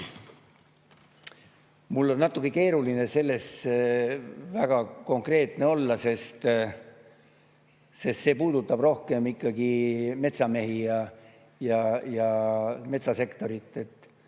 Mul on natuke keeruline selles väga konkreetne olla, sest see puudutab rohkem ikkagi metsamehi ja metsasektorit.